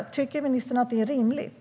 Tycker ministern att det är rimligt?